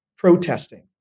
Protesting